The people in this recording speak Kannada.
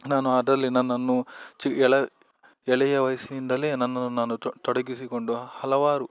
ನಾನು ಅದರಲ್ಲಿ ನನ್ನನ್ನು ಚಿ ಎಳೆಯ ವಯಸ್ಸಿನಿಂದಲೇ ನನ್ನನ್ನು ನಾನು ತೊಡಗಿಸಿಕೊಂಡು ಹಲವಾರು